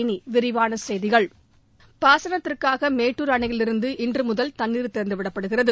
இனி விரிவான செய்திகள் பாசனத்திற்காக மேட்டுர் அணையிலிருந்து இன்று முதல் தண்ணீர் திறந்து விடப்படுகிறது